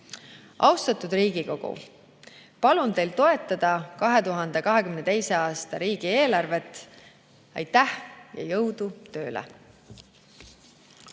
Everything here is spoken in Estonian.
Austatud Riigikogu! Palun teil toetada 2022. aasta riigieelarve eelnõu. Aitäh ja jõudu tööle!